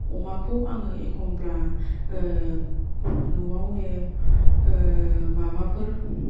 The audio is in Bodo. अमाखौ आङो एखमब्ला न'आवनो माबाफोर